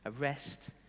arrest